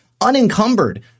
unencumbered